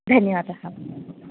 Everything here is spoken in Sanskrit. धन्यवादः